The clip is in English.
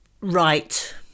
Right